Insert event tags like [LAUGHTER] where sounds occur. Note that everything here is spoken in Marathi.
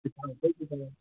[UNINTELLIGIBLE]